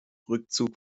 rückzug